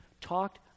talked